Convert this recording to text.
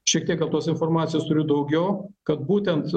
šitiek gal tos informacijos turiu daugiau kad būtent